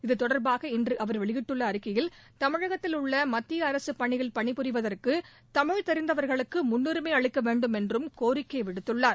இத்தொடர்பாக இன்று அவர் வெளியிட்டுள்ள அறிக்கையில் தமிழகத்தில் உள்ள மத்திய அரசு பணியில் பணிபுரிவதற்கு தமிழ் தெரிந்தவர்களுக்கு முன்னுரிமை அளிக்க வேண்டும் என்றும் கோரிக்கை விடுத்துள்ளார்